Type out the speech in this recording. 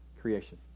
creation